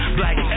black